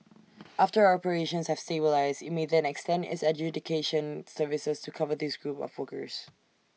after operations have stabilised IT may then extend its adjudication services to cover these groups of workers